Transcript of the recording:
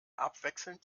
abwechselnd